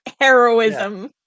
heroism